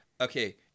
Okay